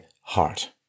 heart